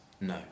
No